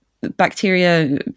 bacteria